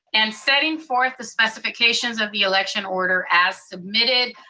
and setting forth the specifications of the election order as submitted,